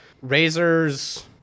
razors